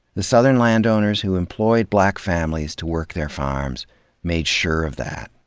the southern landowners who employed black families to work their farms made sure of that.